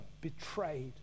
betrayed